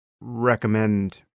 recommend